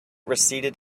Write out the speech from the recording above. receded